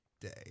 day